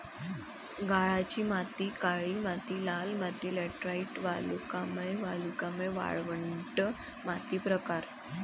गाळाची माती काळी माती लाल माती लॅटराइट वालुकामय वालुकामय वाळवंट माती प्रकार